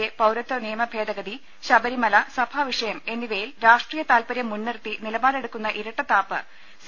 A പൌരത്വ നിയമ ഭേദഗ തി ശബരിമല സഭാ വിഷയം എന്നിവയിൽ രാഷ്ട്രീയ താല്പര്യം മുൻനിർത്തി നിലപാടെടുക്കുന്ന ഇരട്ടത്താപ്പ് സി